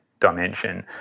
dimension